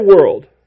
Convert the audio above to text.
world